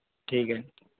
ठीक है